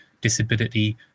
disability